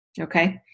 okay